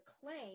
claim